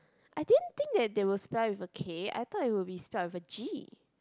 I didn't think that they would spell with a K I thought it would be spelt with a G